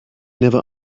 never